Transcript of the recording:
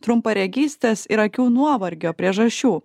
trumparegystės ir akių nuovargio priežasčių